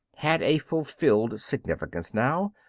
had a fulfilled significance now,